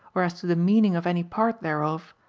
or as to the meaning of any part thereof,